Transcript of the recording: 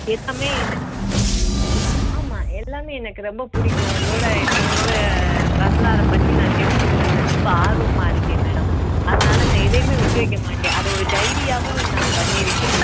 எல்லாமே எனக்கு இருக்குது ஆமாம் எல்லாமே எனக்கு ரொம்ப பிடிக்கும் உங்களோட உங்களோட வரலாறை பற்றி நான் தெரிஞ்சுக்கிறதுல ரொம்ப ஆர்வமாக இருக்கேன் மேடம் அதனால் நான் எதையுமே விட்டு வைக்க மாட்டேன் அதை ஒரு டைரியாகவும் நான் பண்ணியிருக்கேன்